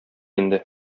инде